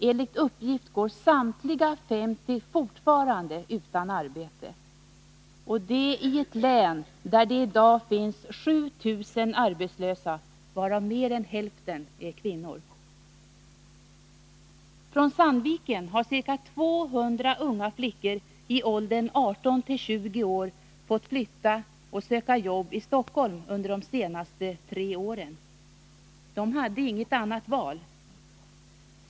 Enligt uppgift går samtliga 50 fortfarande utan arbete — detta i ett län där det i dag finns 7 000 arbetslösa, varav mer än hälften kvinnor. Från Sandviken har ca 200 unga flickor i åldern 18-20 år fått flytta och söka jobb i Stockholm under de senaste tre åren. De hade inget annat val.